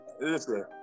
listen